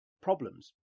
problems